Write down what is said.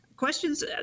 questions